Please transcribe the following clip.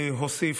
הוסיף,